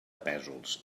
pèsols